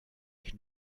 ich